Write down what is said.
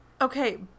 okay